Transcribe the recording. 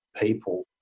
people